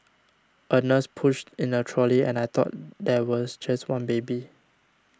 a nurse pushed in a trolley and I thought there was just one baby